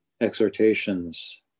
exhortations